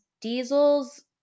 Diesel's